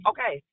Okay